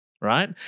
right